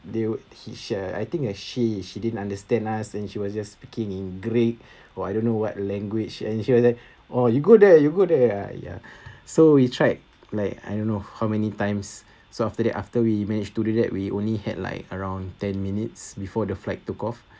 they would he share I think uh she she didn't understand us and she was just speaking in greek or I don't know what language and she was like oh you go there you go there !aiya! so we tried like I don't know how many times so after that after we manage to do that we only had like around ten minutes before the flight took off